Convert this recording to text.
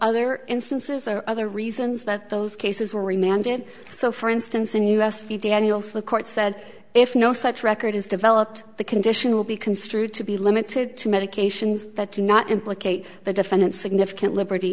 other instances or other reasons that those cases where we mandated so for instance in us if you daniels the court said if no such record is developed the condition will be construed to be limited to medications that do not implicate the defendant significant liberty